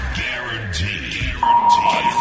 guaranteed